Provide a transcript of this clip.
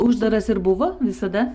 uždaras ir buvo visada